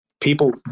people